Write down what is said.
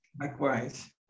Likewise